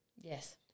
Yes